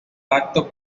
pacto